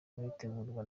muritegurirwa